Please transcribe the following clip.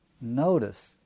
notice